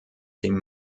dem